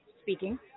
speaking